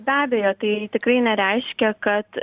be abejo tai tikrai nereiškia kad